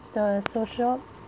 the social